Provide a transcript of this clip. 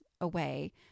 away